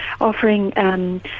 offering